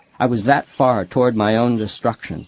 i was that far toward my own destruction